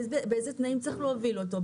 באיזה תנאים צריך להוביל אותו,